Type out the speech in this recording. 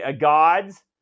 Gods